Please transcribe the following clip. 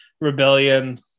rebellion